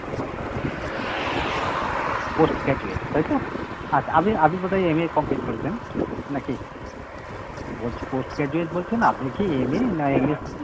post graduate তাই তো আচ্ছা আপনি আপনি বোধহয় এম এ কমপ্লিট করেছেন নাকি বলছি পোস্ট গ্র্যাজুয়েট বলছেন আপনি কি এম এ না এম ফিল